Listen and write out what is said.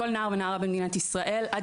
כל נער ונערה במדינת ישראל,